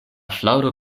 flaŭro